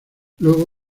luego